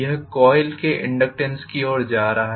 यह कोइल के इनडक्टेन्स की ओर जा रहा है